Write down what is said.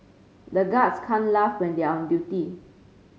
the guards can't laugh when they are on duty